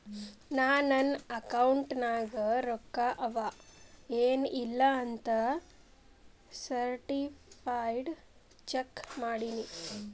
ನಾ ನನ್ ಅಕೌಂಟ್ ನಾಗ್ ರೊಕ್ಕಾ ಅವಾ ಎನ್ ಇಲ್ಲ ಅಂತ ಸರ್ಟಿಫೈಡ್ ಚೆಕ್ ಮಾಡಿನಿ